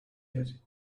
yet